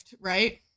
right